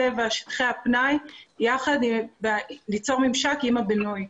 טבע ושטחי הפנאי ויחד ליצור ממשק עם הבינוי.